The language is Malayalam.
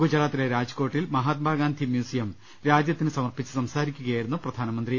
ഗുജറാത്തിലെ രാജ്കോട്ടിൽ മഹാത്മാഗാന്ധി മ്യൂസിയം രാജ്യത്തിന് സമർപ്പിച്ച് സംസാരിക്കുകയായിരുന്നു പ്രധാനമന്ത്രി